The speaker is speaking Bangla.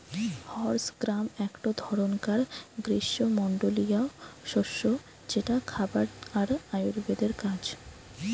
হর্স গ্রাম একটো ধরণকার গ্রীস্মমন্ডলীয় শস্য যেটা খাবার আর আয়ুর্বেদের কাজ